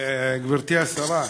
גברתי השרה,